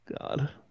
God